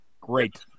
Great